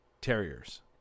terriers